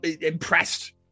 impressed